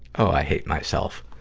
oh, i hate myself.